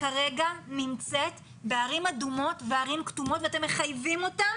כרגע נמצאים בערים אדומות ובערים כתומות ואתם מחייבים אותה